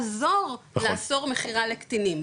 נעזור לאסור מכירה לקטינים,